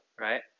right